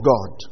God